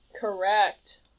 Correct